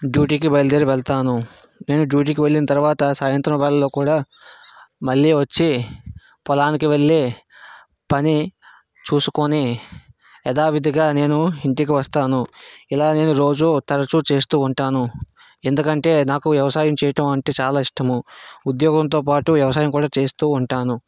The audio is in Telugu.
డ్యూటీకి బయలుదేరి వెళ్తాను నేను డ్యూటీకి వెళ్ళిన తర్వాత సాయంత్రం వేళలో కూడా మళ్ళీ వచ్చి పొలానికి వెళ్ళి పని చూసుకోని యధావిధిగా నేను ఇంటికి వస్తాను ఇలా నేను రోజు తరచు చేస్తూ ఉంటాను ఎందుకంటే నాకు వ్యవసాయం చేయడం అంటే చాలా ఇష్టము ఉద్యోగంతో పాటు వ్యవసాయం కూడా చేస్తూ ఉంటాను